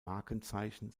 markenzeichen